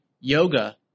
yoga